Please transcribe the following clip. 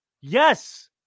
Yes